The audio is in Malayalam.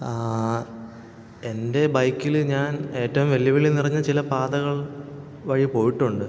എൻ്റെ ബൈക്കിൽ ഞാൻ ഏറ്റവും വെല്ലുവിളി നിറഞ്ഞ ചില പാതകൾ വഴി പോയിട്ടുണ്ട്